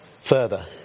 further